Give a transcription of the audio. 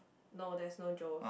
no there's no Joe's